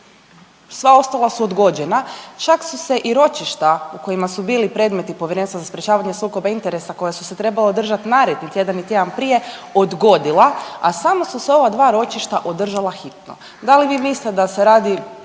sva ostala su odgođena, čak su se i ročišta u kojima su bili predmeti Povjerenstva za sprječavanje sukoba interesa koja su se trebala održat naredni tjedan i tjedan prije odgodila, a samo su se ova dva ročišta održala hitno. Da li vi mislite da se radi